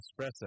espresso